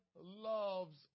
loves